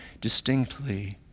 distinctly